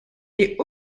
est